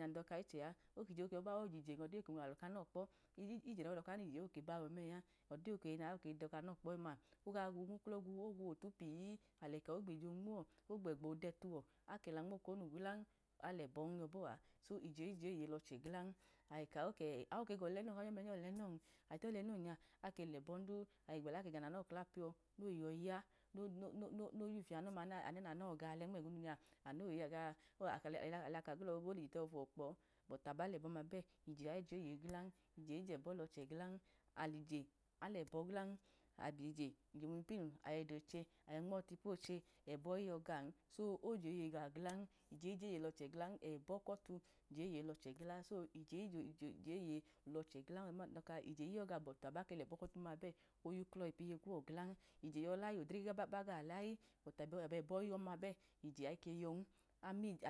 Akẹnya num do̱ka ichẹ a, akije oke yọbọa kawọ jen ọdinya okẹ wunwalu kanọ kpọ, kije nawọ idọka an ije ke bayọ ode oke wunwalu kanọ kpo̱, oga gwu nmuklọ ogwu, ogwu ọte pi alẹka ogjije nwuwọ ogbegba odẹ tuwọ akẹla nmoko nu gilan alẹbọn yọ bọa. So ije ije eye lọchẹn ayi ka okẹ awọ gọlẹnọ nyọyi mlẹinjọ ọlenọn ayi tọ ọlenọ nya ake lẹbọn du agbela tọ kẹga nanọ klapiyọ nọyi ya no fi anọm ma nanọ ga ole nmegunu amu oyaga, alela ka gelọ bobu olije tẹhọ fu̱wọ kpọ, bọti aba lẹbọm ma bẹ ije a ije eye gilan, ije ije ẹbọ lọchẹ glan, alije alẹbọ glan alije ornomu ipunu ayọyi nmọ toche tipuoche ẹbọ kipu ọte je eye lọchẹ gla, ije ije eye lọchẹ glaa, so ọda duma nadọka ije iyọ gaọ gla bọti aba ke lebo̱ kipu ọtem ma be. Oyunklọ okpiye kuwọ glan, ije yọ laye odre ba gaọ lay aba lẹbọ kipu otem ma bẹ ije a ki yọn,